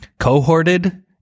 cohorted